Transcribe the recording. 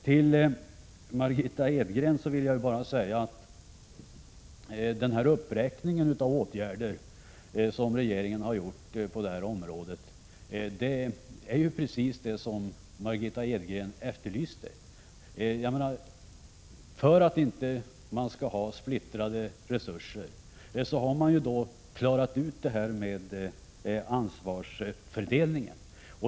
Till Margitta Edgren vill jag bara säga: Den här uppräkningen av åtgärder som regeringen har vidtagit på detta område är precis vad Margitta Edgren efterlyste. För att inte splittra resurserna har man klarat ut detta med ansvarsfördelningen.